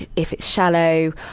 if it's shallow,